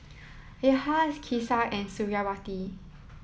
Yahya Kasih and Suriawati